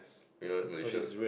you know in Malaysia